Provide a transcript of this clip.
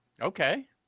Okay